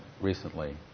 recently